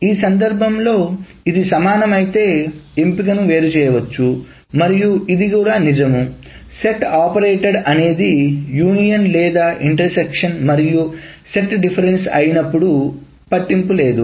ఈ సందర్భంలో ఇది సమానం అయితే ఎంపికను వేరు చేయవచ్చు మరియు ఇది నిజం సెట్ ఆపరేటెడ్ అనేది యూనియన్ లేదా ఇంటర్ సెక్షన్ మరియు సెట్ డిఫరెన్స్ అయినప్పుడు అది పట్టింపు లేదు